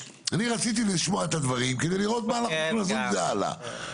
אני רציתי לשמוע את הדברים כדי לראות מה אנחנו יכולים לעשות עם זה הלאה,